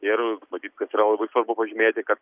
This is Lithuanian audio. ir matyt kad yra labai svarbu pažymėti kad